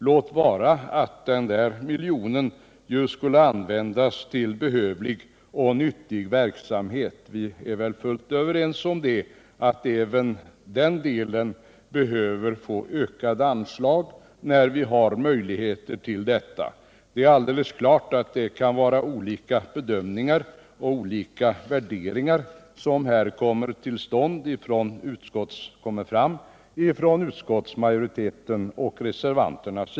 Låt vara att denna miljon skulle användas till behövlig och nyttig verksamhet. Vi är väl fullt överens om att även den delen behöver få ökade anslag när vi får möjligheter till det. Det finns olika bedömningar och olika värderingar hos utskottsmajoriteten och reservanterna.